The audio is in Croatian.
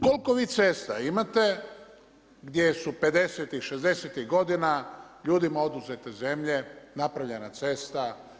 Jer koliko vi cesta imate gdje su 50-tih i 60-tih godina ljudima oduzete zemlje, napravljena cesta.